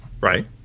Right